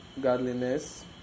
godliness